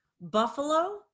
Buffalo